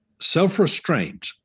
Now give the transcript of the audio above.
self-restraint